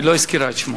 היא לא הזכירה את שמו.